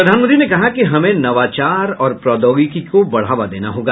प्रधानमंत्री ने कहा कि हमें नवाचार और प्रौद्योगिकी को बढ़ावा देना होगा